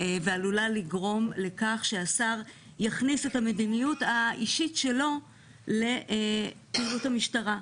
ועלולה לגרום לכך שהשר יכניס את המדיניות האישית שלו לפעילות המשטרה.